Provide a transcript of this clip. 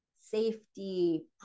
safety